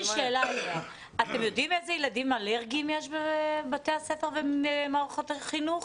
אתם יודעים איזה ילדים אלרגיים יש בבתי הספר במערכת החינוך?